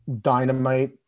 dynamite